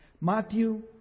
Matthew